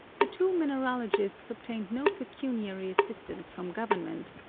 the two mineralogists obtained no pecuniary assistance from government,